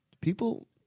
People